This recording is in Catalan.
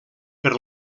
per